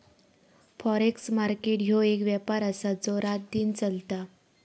forex market ह्यो एक व्यापार आसा जो रातदिन चलता